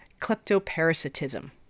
kleptoparasitism